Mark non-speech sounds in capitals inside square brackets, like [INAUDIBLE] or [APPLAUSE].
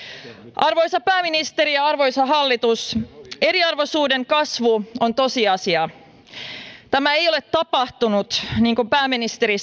arvoisa pääministeri ja arvoisa hallitus eriarvoisuuden kasvu on tosiasia tämä ei ole tapahtunut niin kuin pääministeri [UNINTELLIGIBLE]